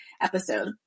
episode